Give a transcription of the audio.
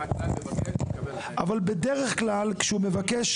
-- אבל בדרך כלל כשהוא מבקש,